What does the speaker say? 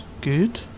good